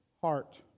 heart